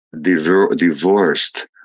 divorced